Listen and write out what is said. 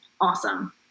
awesome